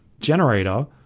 generator